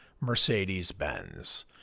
Mercedes-Benz